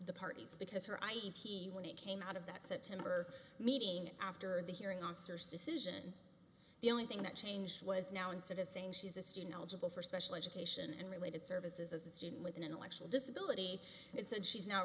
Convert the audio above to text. the parties because her i e when it came out of that september meeting after the hearing officers decision the only thing that changed was now instead of saying she's a student eligible for special education and related services as a student with an intellectual disability it said she's not